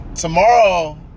Tomorrow